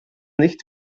nicht